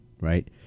right